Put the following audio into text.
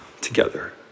together